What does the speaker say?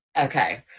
Okay